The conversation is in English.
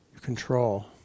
control